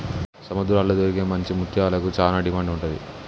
సముద్రాల్లో దొరికే మంచి ముత్యాలకు చానా డిమాండ్ ఉంటది